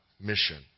mission